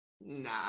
nah